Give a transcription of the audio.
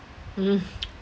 mmhmm